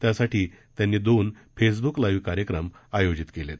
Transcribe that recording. त्यासाठी त्यांनी दोन फेसब्क लाईव्ह कार्यक्रम आयोजित केलेत